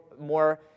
more